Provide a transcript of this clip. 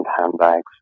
handbags